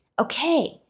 Okay